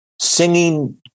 singing